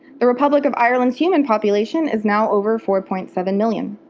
the republic of ireland's human population is now over four point seven million.